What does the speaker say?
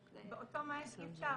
באותו מועד אי אפשר.